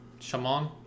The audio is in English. Shaman